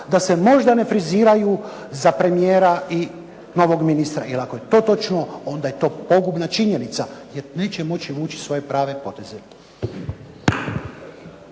da se možda ne friziraju za premijera i novog ministra. Jer ako je to točno, onda je to pogubna činjenica, jer neće moći vući svoje prave poteze.